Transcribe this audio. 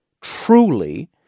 Truly